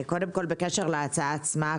בקשר להצעה עצמה,